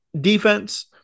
defense